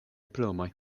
plumoj